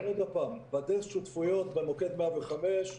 בדסק שותפויות, במוקד 105,